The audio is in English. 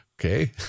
Okay